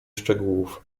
szczegółów